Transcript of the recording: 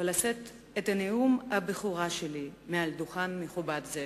ולשאת את נאום הבכורה שלי מעל דוכן מכובד זה.